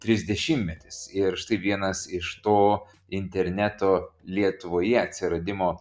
trisdešimtmetis ir štai vienas iš to interneto lietuvoje atsiradimo